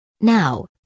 Now